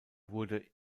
wurde